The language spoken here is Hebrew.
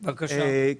בבקשה.